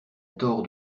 tort